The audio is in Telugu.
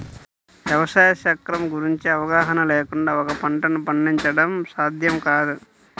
వ్యవసాయ చక్రం గురించిన అవగాహన లేకుండా ఒక పంటను పండించడం సాధ్యం కాదు